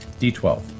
D12